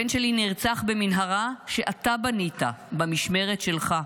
הבן שלי נרצח במנהרה שאתה בנית במשמרת שלך.